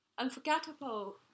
unforgettable